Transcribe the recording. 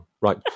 Right